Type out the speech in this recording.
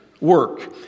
work